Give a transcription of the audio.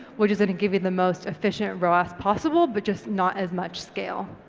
which is gonna give you the most efficient roas possible but just not as much scale.